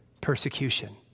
persecution